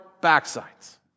backsides